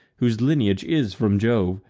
whose lineage is from jove,